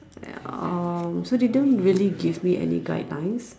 uh so they don't really give me any guidelines